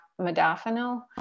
Modafinil